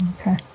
Okay